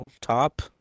Top